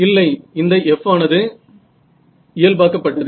இல்லை இந்த F ஆனது இயல்பாக்கப்பட்டது